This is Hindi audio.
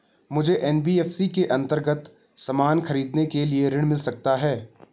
मुझे एन.बी.एफ.सी के अन्तर्गत सामान खरीदने के लिए ऋण मिल सकता है?